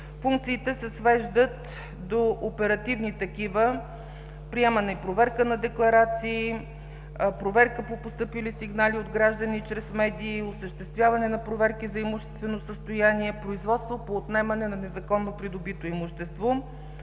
Функциите се свеждат до оперативни такива – приемане и проверка на декларации, проверка по постъпили сигнали от граждани чрез медии, осъществяване на проверки за имуществено състояние, производство по отнемане на незаконно придобито имущество.